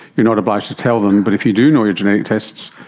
you're not obliged to tell them, but if you do know your genetic tests,